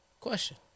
Question